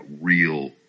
real